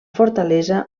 fortalesa